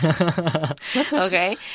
Okay